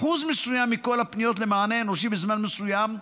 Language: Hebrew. אחוז מסוים מכל הפניות למענה אנושי בזמן מסוים,